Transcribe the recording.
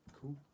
Cool